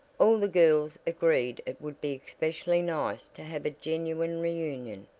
all the girls agreed it would be especially nice to have a genuine reunion,